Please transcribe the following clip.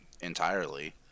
entirely